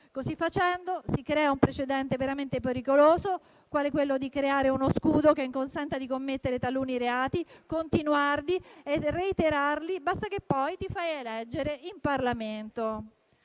Così facendo, si crea un precedente veramente pericoloso, quale quello di allestire uno scudo che consenta di commettere taluni reati, continuarli e reiterarli basta che poi ti fai eleggere in Parlamento.